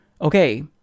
Okay